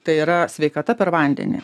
tai yra sveikata per vandenį